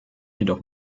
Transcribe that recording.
jedoch